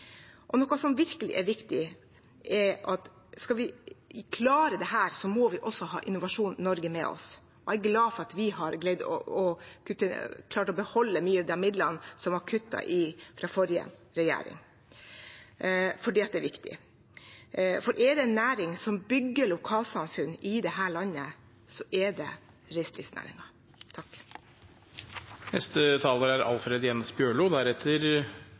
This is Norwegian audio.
Noe som virkelig er viktig, er at skal vi klare dette, må vi også ha Innovasjon Norge med oss. Jeg er glad for at vi har klart å beholde mange av de midlene som ble kuttet av forrige regjering, for det er viktig. Er det en næring som bygger lokalsamfunn i dette landet, er det